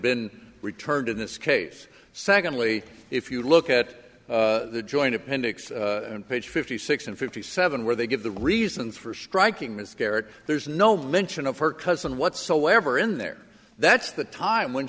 been returned in this case secondly if you look at the joint appendix in page fifty six and fifty seven where they give the reasons for striking miscarriage there's no mention of her cousin whatsoever in there that's the time when